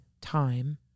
time